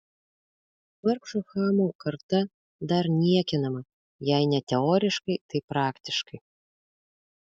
vargšo chamo karta dar niekinama jei ne teoriškai tai praktiškai